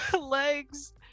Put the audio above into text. legs